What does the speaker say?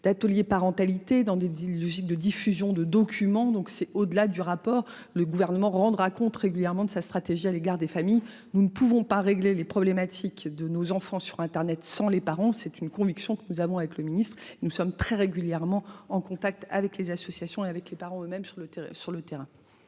d'ateliers parentalité dans des d'illogique de diffusion de documents donc c'est au-delà du rapport, le gouvernement rendra compte régulièrement de sa stratégie à l'égard des familles. Nous ne pouvons pas régler les problématiques de nos enfants sur Internet sans les parents, c'est une conviction que nous avons avec le ministre. Nous sommes très régulièrement en contact avec les associations et avec les parents eux-mêmes sur le, sur